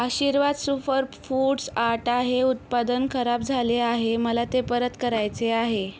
आशीर्वाद super foods atta हे उत्पादन खराब झाले आहे मला ते परत करायचे आहे